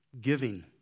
giving